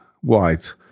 white